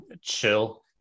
chill